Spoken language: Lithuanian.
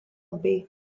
bei